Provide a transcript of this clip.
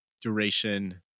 duration